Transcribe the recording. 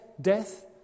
death